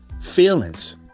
feelings